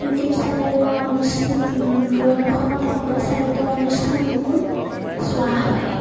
YouTube channel বা দূৰদৰ্শনত সম্প্ৰচাৰিত অনুষ্ঠানবোৰ চোৱা হয়